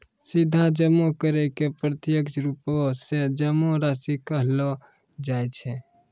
सीधा जमा करै के प्रत्यक्ष रुपो से जमा राशि कहलो जाय छै